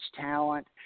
talent